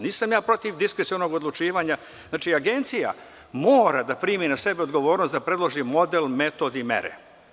Nisam protiv diskrecionog odlučivanja, ali Agencija mora da primi na sebe odgovornost da predloži model, metod i mere.